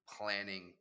planning